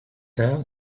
have